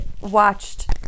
watched